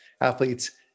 athletes